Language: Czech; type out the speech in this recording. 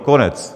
Konec.